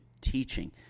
teaching